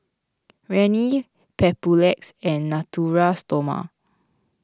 Rene Papulex and Natura Stoma